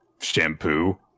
shampoo